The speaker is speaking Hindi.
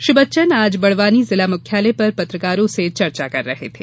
श्री बच्चन आज बड़वानी जिला मुख्यालय पर पत्रकारों से चर्चा कर रहे थे